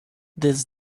this